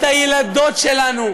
את הילדות שלנו,